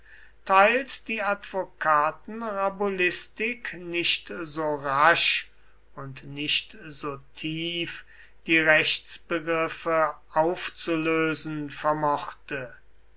teils die advokatenrabulistik nicht so rasch und nicht so tief die rechtsbegriffe aufzulösen vermochte